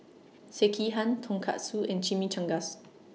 Sekihan Tonkatsu and Chimichangas